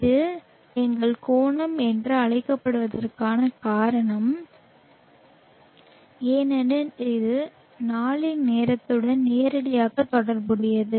இது எங்கள் கோணம் என்று அழைக்கப்படுவதற்கான காரணம் ஏனெனில் இது நாளின் நேரத்துடன் நேரடியாக தொடர்புடையது